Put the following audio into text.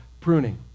Pruning